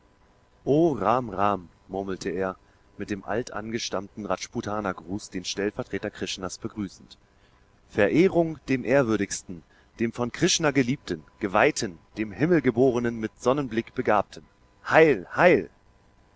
rm murmelte er mit dem altangestammten rajputanergruß den stellvertreter krishnas begrüßend verehrung dem ehrwürdigsten dem von krishna geliebten geweihten dem himmelgeborenen mit sonnenblick begabten heil heil